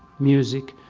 music.